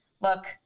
Look